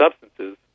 substances